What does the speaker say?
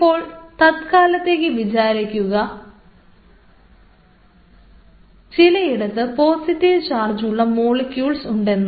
ഇപ്പോൾ തത്കാലത്തേക്ക് വിചാരിക്കുക ചിലയിടത്ത് പോസിറ്റീവ് ചാർജ് ഉള്ള മോളിക്യൂൾസ് ഉണ്ടെന്ന്